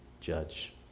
judge